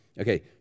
Okay